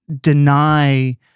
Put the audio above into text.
deny